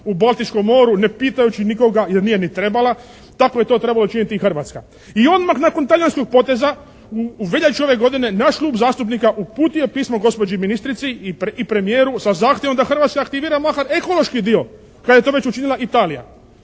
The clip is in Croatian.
u Baltičkom moru ne pitajući nikoga jer nije ni trebala. Tako je to trebala učiniti i Hrvatska. I odmah nakon talijanskog poteza u veljači ove godine naš Klub zastupnika uputio je pismo gospođi ministrici i premijeru sa zahtjevom da Hrvatska aktivira makar ekološki dio kad je to već učinila Italija.